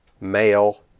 male